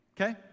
Okay